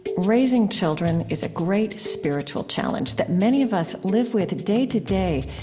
raising children is a great spiritual challenge that many of us live with day to day,